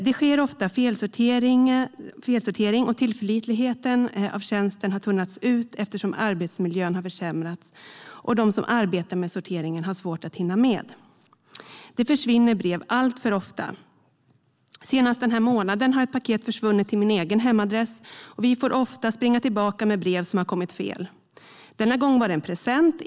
Det sker ofta felsortering, och tillförlitligheten i tjänsten har tunnats ut eftersom arbetsmiljön har försämrats. De som arbetar med sorteringen har svårt att hinna med. Det försvinner brev alltför ofta. Senast den här månaden har ett paket försvunnit till min egen hemadress, och vi får ofta springa tillbaka med brev som har kommit fel. Denna gång var det en present.